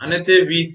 અને તે 𝑉𝑐𝑎